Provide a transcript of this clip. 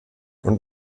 und